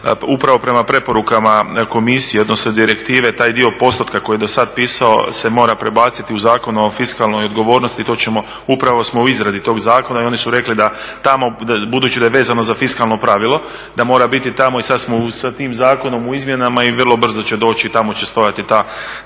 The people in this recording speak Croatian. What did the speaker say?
upravo prema preporukama komisije, odnosno direktive taj dio postotka koji je do sada pisao se mora prebaciti u Zakon o fiskalnoj odgovornosti. To ćemo, upravo smo u izradi tog zakona i oni su rekli da tamo, budući da je vezano za fiskalno pravilo da mora biti tamo i sada smo sa tim zakonom u izmjenama i vrlo brzo će doći i tamo će stajati ta